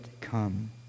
come